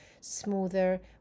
smoother